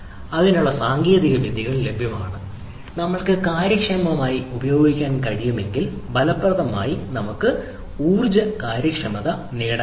അതിനായുള്ള സാങ്കേതികവിദ്യകൾ ലഭ്യമാണ് നമ്മൾക്ക് കാര്യക്ഷമമായി ഉപയോഗിക്കാൻ കഴിയുമെങ്കി ഫലപ്രദമായി നമുക്ക് ഊർജ്ജ കാര്യക്ഷമത നേടാനാകും